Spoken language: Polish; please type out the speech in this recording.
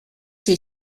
się